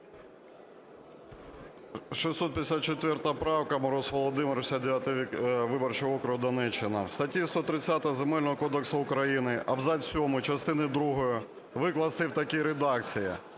654 правка, Мороз Володимир, 59 виборчий округ, Донеччина. В статті 130 Земельного кодексу України абзац сьомий частини другої викласти в такій редакції: